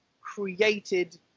created